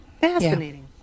Fascinating